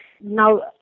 Now